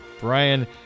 Brian